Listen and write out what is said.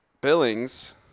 Billings